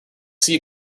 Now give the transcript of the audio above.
sea